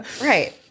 Right